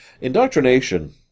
Indoctrination